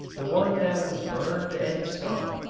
the one that was burned and sunk,